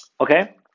Okay